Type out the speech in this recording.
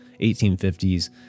1850s